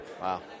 Wow